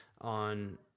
on